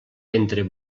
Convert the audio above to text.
entre